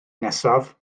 nesaf